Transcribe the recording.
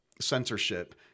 censorship